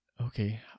Okay